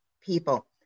people